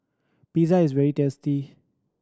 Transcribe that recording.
pizza is very tasty